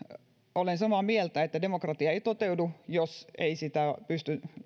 olen samaa mieltä että demokratia ei toteudu jos ei pysty